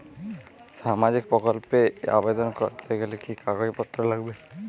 সামাজিক প্রকল্প এ আবেদন করতে গেলে কি কাগজ পত্র লাগবে?